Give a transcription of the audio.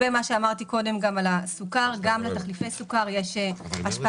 וגם מה שאמרתי קודם על הסוכר גם לתחליפי סוכר יש השפעה